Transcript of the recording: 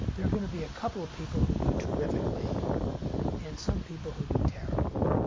there are going to be a couple of people who do terrifically and some people who do terribly.